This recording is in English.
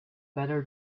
better